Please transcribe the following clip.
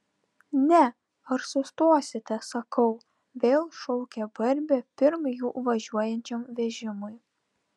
ne ar sustosite sakau vėl šaukia barbė pirm jų važiuojančiam vežimui